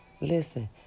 Listen